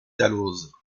dalloz